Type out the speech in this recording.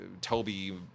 Toby